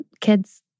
kids